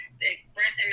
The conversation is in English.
expressing